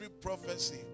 prophecy